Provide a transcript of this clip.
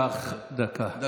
קח דקה, סיים.